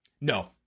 No